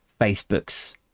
Facebook's